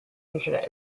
internet